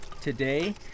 Today